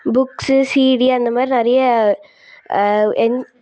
books CD அந்த மாதிரி நிறைய